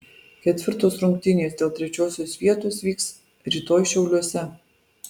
ketvirtos rungtynės dėl trečiosios vietos vyks rytoj šiauliuose